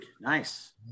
nice